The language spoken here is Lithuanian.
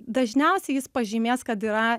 dažniausiai jis pažymės kad yra